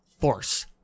force